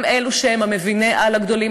הם אלו, מביני-העל הגדולים.